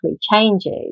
changes